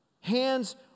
Hands